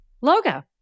logo